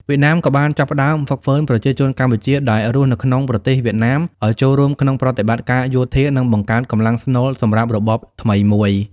វៀតណាមក៏បានចាប់ផ្តើមហ្វឹកហ្វឺនប្រជាជនកម្ពុជាដែលរស់នៅក្នុងប្រទេសវៀតណាមឱ្យចូលរួមក្នុងប្រតិបត្តិការយោធា និងបង្កើតកម្លាំងស្នូលសម្រាប់របបថ្មីមួយ។